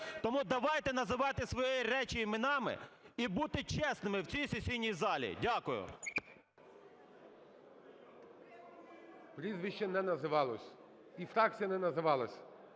Тому давайте називати свої речі іменами і бути чесними у цій сесійній залі. Дякую.